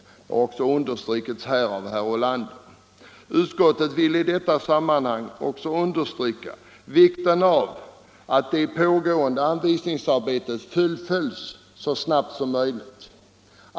Det har här också understrukits av herr Ulander. Utskottet vill i detta sammanhang understryka vikten av att det pågående anvisningsarbetet fullföljs så snabbt som möjligt.